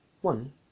One